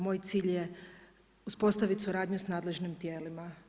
Moj cilj je uspostavit suradnju sa nadležnim tijelima.